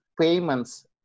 Payments